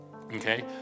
Okay